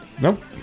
Nope